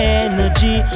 energy